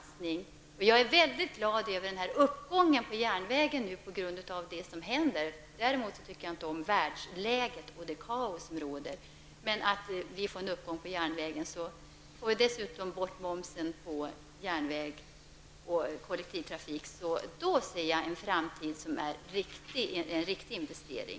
Men jag är glad över den uppgång för järnvägen som nu sker på grund av det som händer i världen. Däremot tycker jag inte om världsläget och det kaos som råder. Om dessutom momsen på järnvägsresor och kollektivtrafik tas bort, ser jag detta som en riktig investering för framtiden.